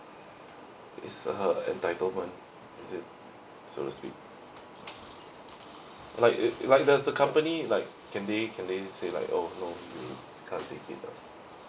is her entitlement is it sort of sweet like if like there's a company like can they can they say like oh no mm kind of